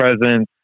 presence